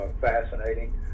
fascinating